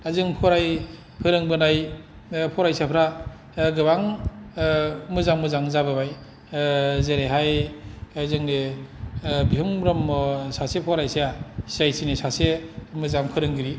दा जों फोरोंबोनाय फरायसाफ्रा गोबां मोजां मोजां जाबोबाय जेरैहाय जोंनि बिहुं ब्रह्म सासे फरायसाया सि आइ टि नि सासे मोजां फोरोंगिरि